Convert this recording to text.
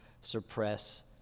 suppress